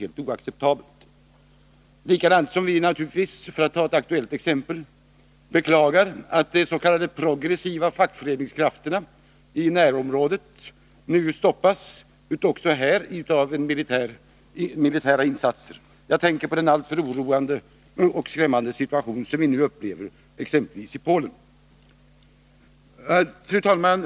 På samma sätt beklagar vi naturligtvis, för att ta ett aktuellt exempel, att s.k. progressiva fackföreningskrafter i närområdet nu stoppas, också här av militära insatser — jag tänker på den alltför oroande och skrämmande situation som vi nu upplever i Polen. Fru talman!